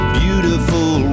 beautiful